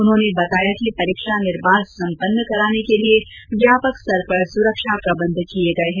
उन्होंने बताया कि यह परीक्षा निर्बाध सम्पन्न कराने के लिये व्यापक स्तर पर सुरक्षा प्रबन्ध किये गये है